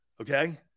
Okay